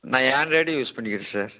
நான் ஆண்ட்ராய்டே யூஸ் பண்ணிக்கிறேன் சார்